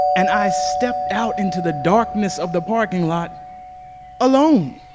and i stepped out into the darkness of the parking lot alone.